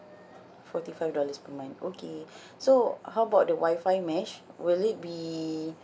forty five dollars per month okay so how about the wi-fi mesh will it be